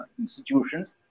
institutions